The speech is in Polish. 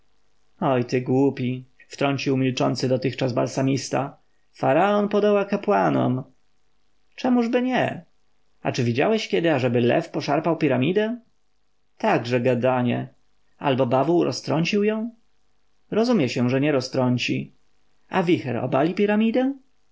ty głupi wtrącił milczący dotychczas balsamista faraon podoła kapłanom czemużby nie a czy widziałeś kiedy ażeby lew poszarpał piramidę także gadanie albo bawół roztrącił ją rozumie się że nie roztrąci a wicher